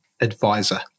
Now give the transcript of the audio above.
advisor